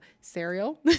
cereal